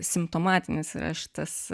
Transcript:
simptomatinis yra šitas